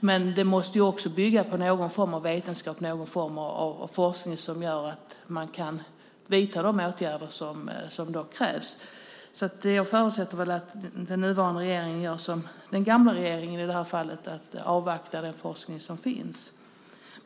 Men det måste också bygga på någon form av vetenskap och forskning - detta för att kunna vidta de åtgärder som krävs. Jag förutsätter att den nuvarande regeringen gör som den gamla regeringen i det här fallet och avvaktar den forskning som finns.